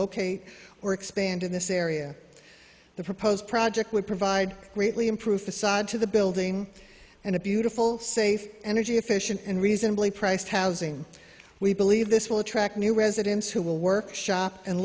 locate or expand in this area the proposed project would provide greatly improved facade to the building and a beautiful safe energy efficient and reasonably priced housing we believe this will attract new residents who will work shop and